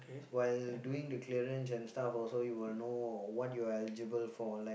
so while doing the clearance and stuff also you will know what you are eligible for like